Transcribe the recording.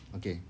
okay